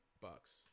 bucks